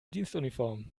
dienstuniform